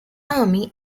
army